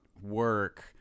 work